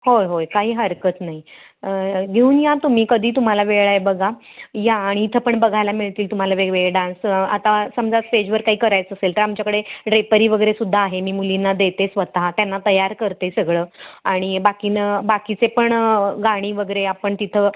होय होय काही हरकत नाही घेऊन या तुम्ही कधी तुम्हाला वेळ आहे बघा या आणि इथं पण बघायला मिळतील तुम्हाला वेगवेगळे डान्स आता समजा स्टेजवर काही करायचं असेल तर आमच्याकडे ड्रेपरी वगैरे सुद्धा आहे मी मुलींना देते स्वतः त्यांना तयार करते सगळं आणि बाकीनं बाकीचे पण गाणी वगैरे आपण तिथं